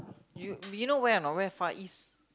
you you know where or not where Far East